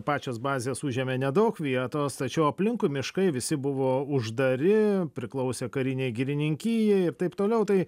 pačios bazės užėmė nedaug vietos tačiau aplinkui miškai visi buvo uždari priklausė karinei girininkijai ir taip toliau tai